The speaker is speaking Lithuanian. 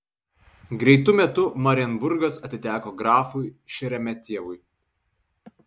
greitu metu marienburgas atiteko grafui šeremetjevui